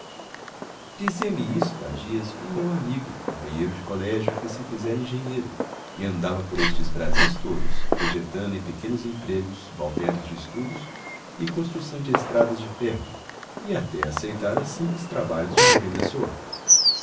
dizia-me isto há dias um meu antigo companheiro de colégio que se fizera engenheiro e andava por estes brasis todos vegetando em pequenos empregos subalternos de estudos e construção de estradas de ferro e até aceitara simples trabalhos de agrimensor